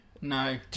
No